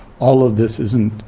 all of this is in